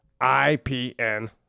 I-P-N